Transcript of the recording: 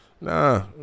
nah